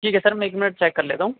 ٹھیک ہے سر میں ایک منٹ چیک کر لیتا ہوں